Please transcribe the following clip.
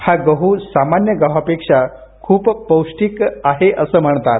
हा गह सामान्य गव्हापेक्षा खूप पौष्टिकआहे म्हणतात